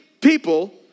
people